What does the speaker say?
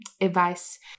advice